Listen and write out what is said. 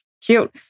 cute